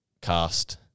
cast